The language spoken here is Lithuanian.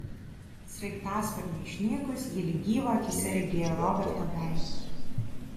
sraigtasparniui išnykus ji lyg gyvą akyse regėjo roberto veidą